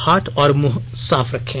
हाथ और मुंह साफ रखें